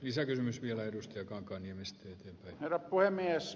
isä kysymys vielä edusta kankaanniemestä herra puhemies